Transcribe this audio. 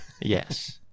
yes